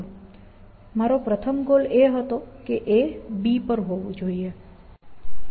મારો પ્રથમ ગોલ એ હતો કે A B પર હોવું જોઈએ